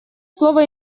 слово